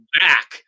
back